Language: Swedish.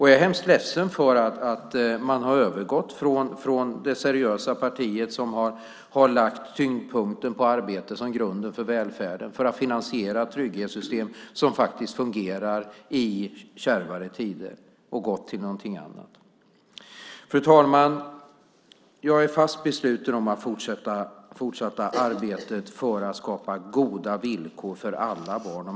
Jag är ledsen över att man övergått från att vara det seriösa parti som lagt tyngdpunkten på arbete som grund för välfärden, för att finansiera trygghetssystem som fungerar i kärvare tider, och gått till någonting annat. Fru talman! Jag är fast besluten att fortsätta arbetet med att skapa goda villkor för alla barn.